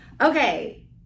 Okay